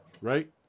right